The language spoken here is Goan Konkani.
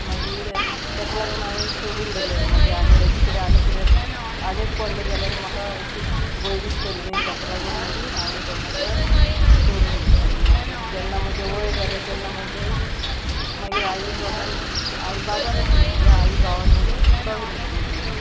मागीर तेका लागून हांवेंन सोडून दिलें मागीर आनी हेजे फुडें आनी कितें आनीक पडलें जाल्यार म्हाका अशी भंय दिसतली तेका लागून मागीर हांवेंन तेन्नाच्यान सोडून दिलें आनी मागीर जेन्ना म्हजे वय जालें तेन्ना म्हजें मागीर आई बाबान आई बाबा नाशिल्लो म्हजो आई भावान मागीर लग्न करून दिलें